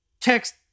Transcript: Text